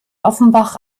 offenbach